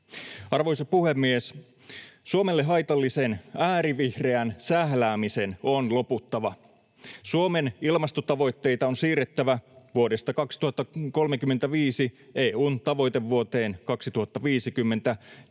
Arvoisa puhemies! Suomelle haitallisen äärivihreän sähläämisen on loputtava. Suomen ilmastotavoitteita on siirrettävä vuodesta 2035 EU:n tavoitevuoteen 2050,